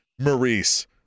Maurice